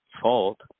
fault